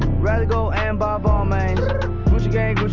rather go and buy balmains gucci gang,